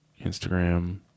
Instagram